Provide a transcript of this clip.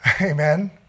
amen